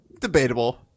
Debatable